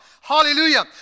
Hallelujah